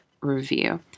review